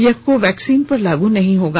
यह कोवैक्सीन पर लागू नहीं होगा